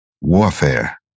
warfare